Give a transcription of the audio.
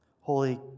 Holy